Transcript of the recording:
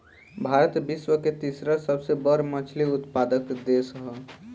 भारत विश्व के तीसरा सबसे बड़ मछली उत्पादक देश ह